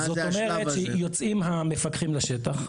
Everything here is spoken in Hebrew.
זה אומר שיוצאים המפקחים לשטח,